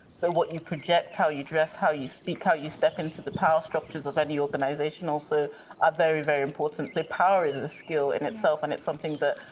so what you project, how you dress, how you speak, how you step into the power structures of any organization also are very, very important. so power is a skill in itself. and it's something that